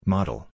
Model